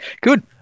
Good